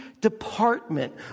department